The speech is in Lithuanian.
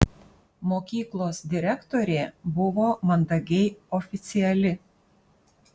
mokyklos direktorė buvo mandagiai oficiali